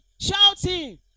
shouting